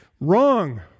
wrong